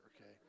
okay